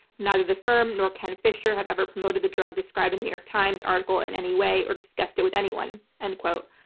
neither the firm nor ken fisher have ever promoted the drug described in the new york times article in any way or discussed it with anyone. end quote.